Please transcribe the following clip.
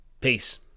Peace